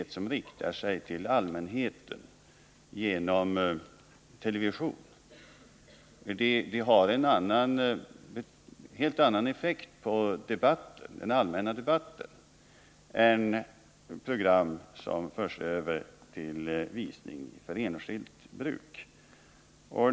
Den som riktar sig till allmänheten genom television har en helt annan effekt på den allmänna debatten än program som förs över till visning för enskilt bruk.